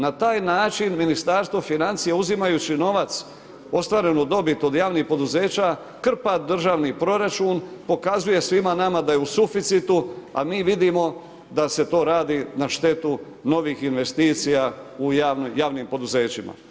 Na taj način Ministarstvo financija, uzimajući novac, ostvarenu dobit od javnih poduzeća, krpa državni proračun, pokazuje svima nama da je u suficitu, a mi vidimo da se to radi na štetu novih investicija u javnim poduzećima.